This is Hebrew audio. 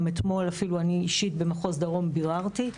גם אתמול אפילו אני אישית במחוז דרום ביררתי,